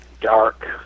Dark